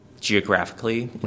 geographically